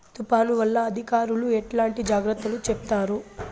తుఫాను వల్ల అధికారులు ఎట్లాంటి జాగ్రత్తలు చెప్తారు?